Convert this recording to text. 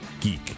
geek